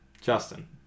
Justin